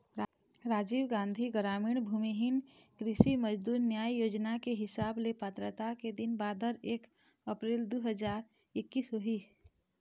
राजीव गांधी गरामीन भूमिहीन कृषि मजदूर न्याय योजना के हिसाब ले पात्रता के दिन बादर एक अपरेल दू हजार एक्कीस होही